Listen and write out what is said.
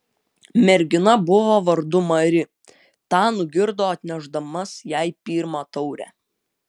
mergina buvo vardu mari tą nugirdo atnešdamas jai pirmą taurę